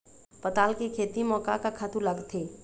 पताल के खेती म का का खातू लागथे?